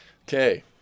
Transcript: Okay